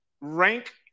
rank